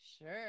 Sure